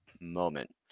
moment